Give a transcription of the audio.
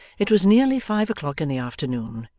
it was nearly five o'clock in the afternoon,